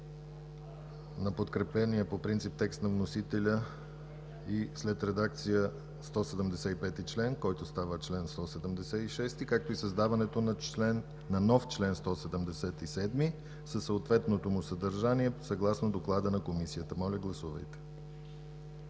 на подкрепения по принцип текст на вносителя и след редакция 175-и член, който става чл. 176, както и създаването на нов чл. 177 със съответното му съдържание, съгласно доклада на Комисията. Моля, гласувайте.